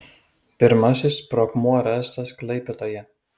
pirmasis sprogmuo rastas klaipėdoje